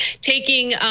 taking